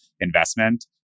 investment